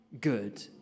good